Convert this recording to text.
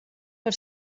per